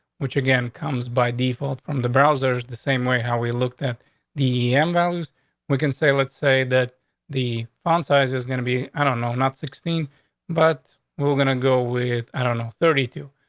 which again comes by default from the browsers the same way how we looked at the m values we can say, let's say that the font size is gonna be i don't know, not sixteen but we're gonna go with i don't know, thirty two.